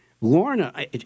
Lorna